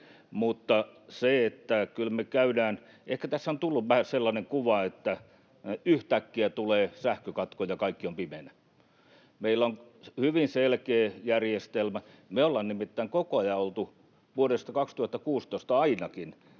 Mykkänen: Ei enää!] Ehkä tässä on tullut vähän sellainen kuva, että yhtäkkiä tulee sähkökatko ja kaikki on pimeänä. Meillä on hyvin selkeä järjestelmä. Me ollaan nimittäin koko ajan oltu — vuodesta 2016 ainakin,